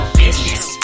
business